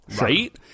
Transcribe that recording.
right